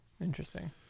interesting